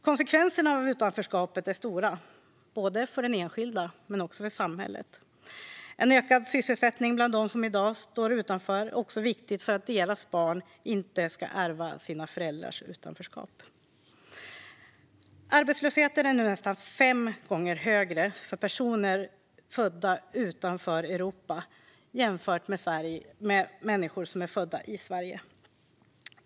Konsekvenserna av utanförskap är stora både för den enskilde och för samhället. En ökad sysselsättning bland dem som i dag står utanför är också viktig för att deras barn inte ska ärva föräldrarnas utanförskap. Arbetslösheten är nu nästan fem gånger högre för personer födda utanför Europa jämfört med personer födda i Sverige.